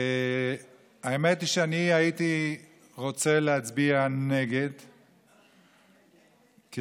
והאמת שאני הייתי רוצה להצביע נגד, כי,